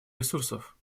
ресурсов